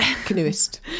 canoeist